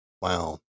Wow